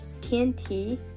tnt